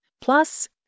plus